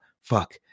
Fuck